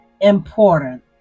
important